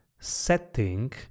setting